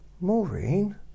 Maureen